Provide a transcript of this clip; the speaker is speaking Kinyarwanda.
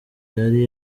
yari